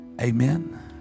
Amen